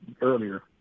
earlier